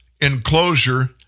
enclosure